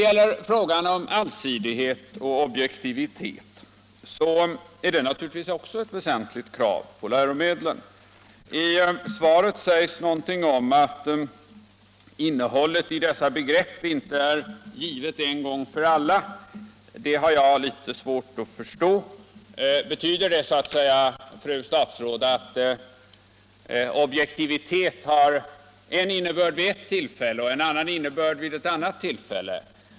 Kravet på allsidighet och objektivitet är naturligtvis också väsentliga krav på läromedlen. I svaret sägs att innehållet i dessa begrepp inte är givet en gång för alla. Det uttalandet har jag litet svårt att förstå. Betyder det, fru statsråd, att ”objektivitet” har en innebörd vid ett tillfälle och en annan innebörd vid ett annat tillfälle?